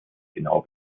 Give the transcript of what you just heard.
genau